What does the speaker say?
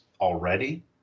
already